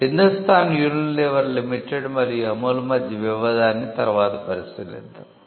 Hindustan Unilever limited మరియు అముల్ మధ్య వివాదాన్ని తర్వాత పరిశీలిద్దాము